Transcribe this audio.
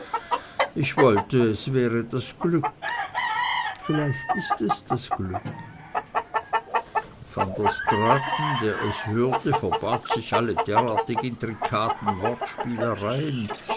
ich wollt es wäre das glück vielleicht ist es das glück van der straaten der es hörte verbat sich alle derartig intrikaten